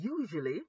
Usually